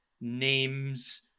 names